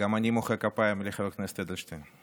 גם אני מוחא כפיים לחבר הכנסת אדלשטיין.